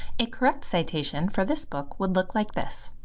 a correct citation for this book would look like this.